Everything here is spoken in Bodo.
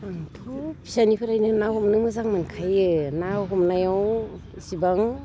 आंथ' फिसानिफ्रायनो ना हमनो मोजां मोनखायो ना हमनायाव एसेबां